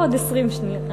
עוד 20 שניות.